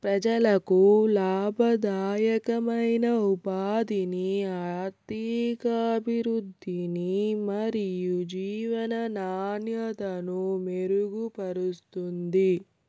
ప్రజలకు లాభదాయకమైన ఉపాధిని, ఆర్థికాభివృద్ధిని మరియు జీవన నాణ్యతను మెరుగుపరుస్తుంది